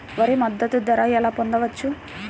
వరి మద్దతు ధర ఎలా పొందవచ్చు?